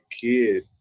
kid